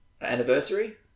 anniversary